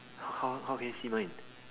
how how can you see mine